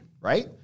Right